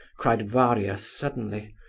cried varia, suddenly.